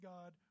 God